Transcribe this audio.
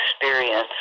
experience